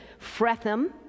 Fretham